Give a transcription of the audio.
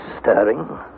stirring